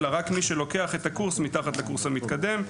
אלא רק מי שלוקח את הקורס מתחת לקורס המתקדם.